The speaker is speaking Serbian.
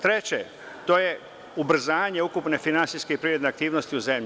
Treće, to je ubrzanje ukupne finansijske privredne aktivnosti u zemlji.